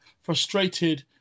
Frustrated